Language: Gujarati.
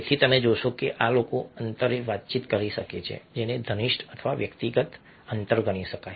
તેથી તમે જોશો કે આ લોકો અંતરે વાતચીત કરી શકે છે જેને ઘનિષ્ઠ અથવા વ્યક્તિગત અંતર ગણી શકાય